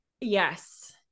Yes